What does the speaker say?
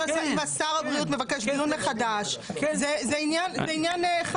אם שר הבריאות מבקש דיון מחדש זה עניין אחד